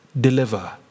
deliver